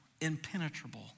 impenetrable